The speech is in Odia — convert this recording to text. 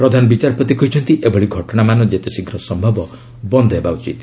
ପ୍ରଧାନବିଚାରପତି କହିଛନ୍ତି ଏଭଳି ଘଟଣାମାନ ଯେତେଶୀଘ୍ର ସମ୍ଭବ ବନ୍ଦ ହେବା ଉଚିତ